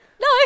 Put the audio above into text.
No